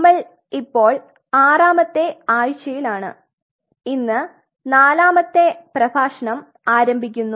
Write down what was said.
നമ്മൾ ഇപ്പോൾ ആറാമത്തെ ആഴ്ചയിലാണ് ഇന്ന് നാലാമത്തെ പ്രെഭാഷണം ആരംഭിക്കുന്നു